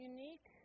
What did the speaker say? Unique